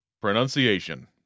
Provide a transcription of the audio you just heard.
Pronunciation